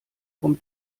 vom